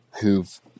who've